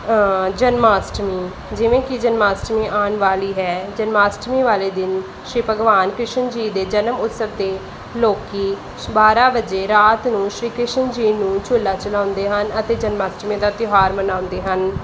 ਜਨਮ ਅਸ਼ਟਮੀ ਜਿਵੇਂ ਕਿ ਜਨਮ ਅਸ਼ਟਮੀ ਆਉਣ ਵਾਲੀ ਹੈ ਜਨਮ ਅਸ਼ਟਮੀ ਵਾਲੇ ਦਿਨ ਸ਼੍ਰੀ ਭਗਵਾਨ ਕ੍ਰਿਸ਼ਨ ਜੀ ਦੇ ਜਨਮ ਉਤਸਵ 'ਤੇ ਲੋਕ ਬਾਰ੍ਹਾਂ ਵਜੇ ਰਾਤ ਨੂੰ ਸ਼੍ਰੀ ਕ੍ਰਿਸ਼ਨ ਜੀ ਨੂੰ ਝੂਲਾ ਝੁਲਾਉਂਦੇ ਹਨ ਅਤੇ ਜਨਮ ਅਸ਼ਟਮੀ ਦਾ ਤਿਉਹਾਰ ਮਨਾਉਂਦੇ ਹਨ